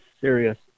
serious